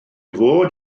fod